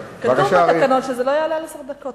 כתוב בתקנון שזה לא יעלה על עשר דקות.